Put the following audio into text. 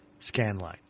Scanline